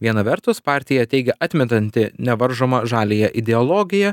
viena vertus partija teigia atmetanti nevaržomą žaliąją ideologiją